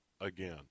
again